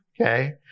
Okay